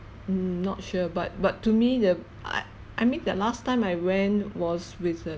not sure but but to me the I I mean that last time I went was with the